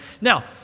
Now